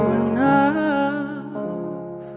enough